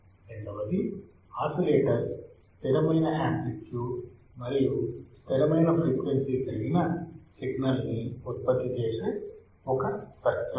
రెండవది ఆసిలేటర్ స్థిరమైన యాంప్లిట్యుడ్ మరియు స్థిరమైన ఫ్రీక్వెన్సీ కలిగిన సిగ్నల్ ని ఉత్పత్తి చేసే ఒక సర్క్యూట్